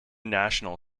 national